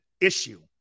issue